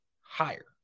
higher